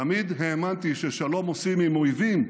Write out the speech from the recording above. תמיד האמנתי ששלום עושים עם אויבים,